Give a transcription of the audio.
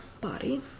body